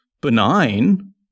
benign